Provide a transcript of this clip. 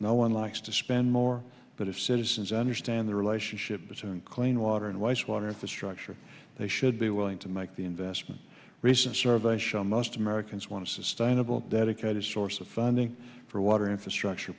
no one likes to spend more but if citizens understand the relationship between clean water weiss water infrastructure they should be willing to make the investment recent surveys show most americans want sustainable dedicated source of funding for water infrastructure